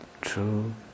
true